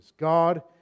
God